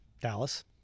Dallas